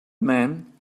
man